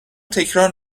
تکرار